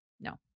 No